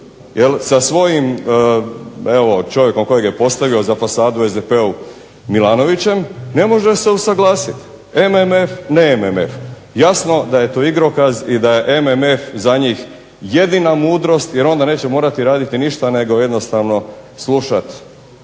sa svojim evo čovjekom kojeg je postavio za fasadu SDP-u Milanovićem ne može se usuglasiti. MMF, ne MMF. Jasno da je to igrokaz i da je MMF za njih jedina mudrost jer onda neće morati raditi ništa nego jednostavno slušati